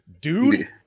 dude